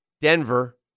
Denver